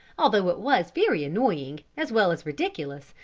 although it was very annoying, as well as ridiculous,